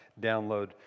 download